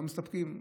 לא מסתפקים,